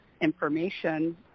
information